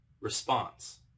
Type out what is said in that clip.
response